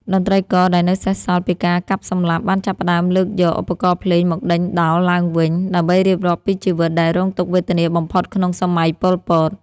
តន្ត្រីករដែលនៅសេសសល់ពីការកាប់សម្លាប់ បានចាប់ផ្តើមលើកយកឧបករណ៍ភ្លេងមកដេញដោលឡើងវិញ ដើម្បីរៀបរាប់ពីជីវិតដែលរងទុក្ខវេទនាបំផុតក្នុង សម័យប៉ុលពត។